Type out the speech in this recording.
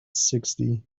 sixty